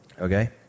Okay